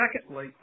secondly